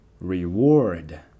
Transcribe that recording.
Reward